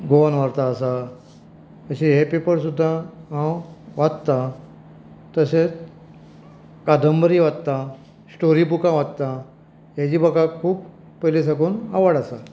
Goan Varta आसा अशे हे पेपर सुद्दा हांव वाचतां तशेंच कादंबरी वाचतां स्टोरी बुकां वाचतां हाजी म्हाका खूब पयले साकून आवड आसा